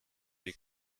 die